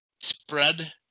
spread